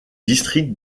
district